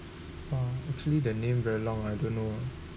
mm actually the name very long I don't know